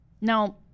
now